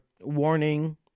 warning